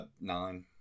Nine